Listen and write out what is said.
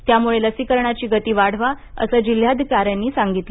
त्यामुळे लसीकरणाची गती वाढवा असं जिल्हाधिकाऱ्यांनी सांगितलं